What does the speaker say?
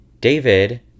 David